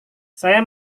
saya